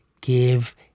give